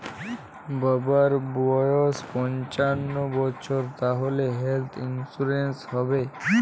বাবার বয়স পঞ্চান্ন বছর তাহলে হেল্থ ইন্সুরেন্স হবে?